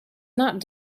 not